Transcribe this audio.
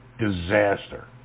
Disaster